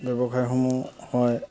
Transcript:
ব্যৱসায়সমূহ হয়